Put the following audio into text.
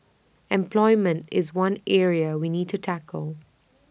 employment is one area we need to tackle